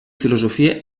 filosofia